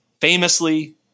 famously